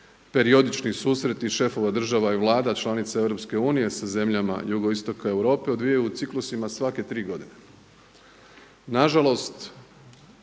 periodični susreti šefova država i vlada članica EU sa zemljama Jugoistoka Europe odvijaju u ciklusima svake tri godine.